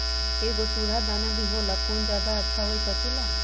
एगो सुधा दाना भी होला कौन ज्यादा अच्छा होई पशु ला?